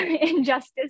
injustice